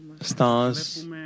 stars